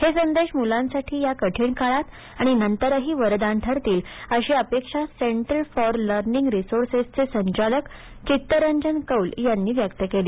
हे संदेश मूलांसाठी या कठिणकाळात आणि नंतरही वरदान ठरतील अशी अपेक्षा सेंटर फॉर लर्निंग रिसोर्सेस चे संचालक चित्तरंजन कौल यांनी व्यक्त केली